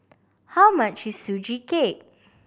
how much is Sugee Cake